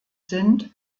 sind